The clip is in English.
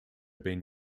been